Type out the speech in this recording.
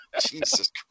Jesus